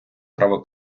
право